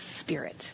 spirit